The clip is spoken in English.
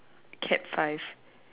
cat five